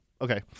okay